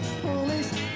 police